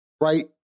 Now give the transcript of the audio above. right